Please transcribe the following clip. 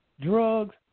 drugs